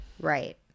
right